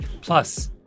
Plus